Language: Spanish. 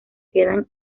quedan